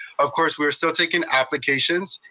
of course, we're still taking applications.